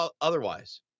otherwise